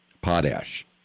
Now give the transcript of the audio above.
potash